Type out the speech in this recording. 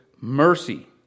mercy